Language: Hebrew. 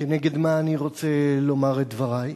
כנגד מה אני רוצה לומר את דברי?